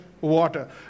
water